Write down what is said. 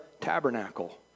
tabernacle